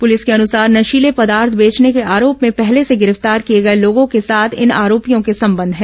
police के अनुसार नशीले पदार्थ बेचने के आरोप में पहले से गिरफ्तार किए गए लोगों के साथ इन आरोपियों के संबंध हैं